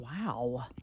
Wow